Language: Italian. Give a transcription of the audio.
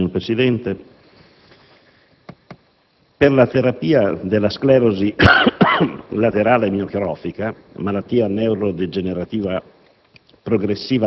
salute*. Signor Presidente, per la terapia della sclerosi laterale amiotrofica (SLA), malattia neurodegenerativa